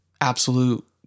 absolute